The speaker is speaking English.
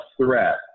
threat